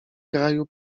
kraju